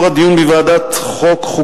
לאור הדיון בוועדת החוקה,